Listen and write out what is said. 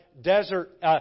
desert